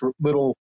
little